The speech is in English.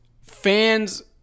fans